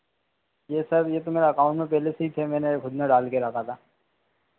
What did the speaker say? जी sir ये तो मेरे अकाउंट में पहले से ही थे मैंने उसमें डाल कर रखा था